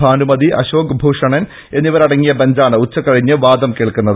ഭാനുമതി അശോക് ഭൂഷണൻ എന്നിവരടങ്ങിയ ബെഞ്ചാണ് ഉച്ചകഴിഞ്ഞ് വാദം കേൾക്കുന്നത്